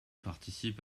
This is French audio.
participent